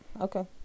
Okay